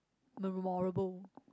memorable